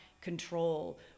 control